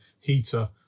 heater